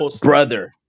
brother